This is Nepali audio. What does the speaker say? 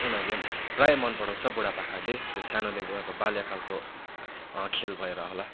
उनीहरूले पनि प्रायः मन पराउँछ बुढा पाखाहरूले त्यो सानोदेखिको उनीहरूको बाल्यकालको खेल भएर होला